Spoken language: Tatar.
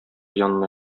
янына